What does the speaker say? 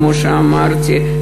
כמו שאמרתי,